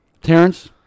terrence